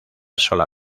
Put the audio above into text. sola